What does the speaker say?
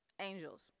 angels